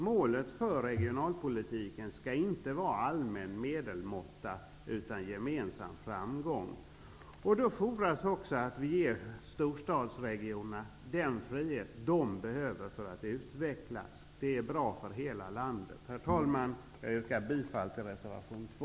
Målet för regionalpolitiken skall inte vara allmän medelmåtta utan gemensam framgång. Det fordras då att vi ger storstadsregionerna den frihet som de behöver för att kunna utvecklas. Det är bra för hela landet. Herr talman! Jag yrkar bifall till reservation 2.